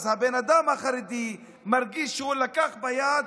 אז הבן אדם החרדי מרגיש שהוא לקח ביד,